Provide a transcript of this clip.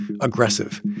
aggressive